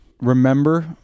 remember